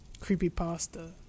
creepypasta